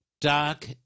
dark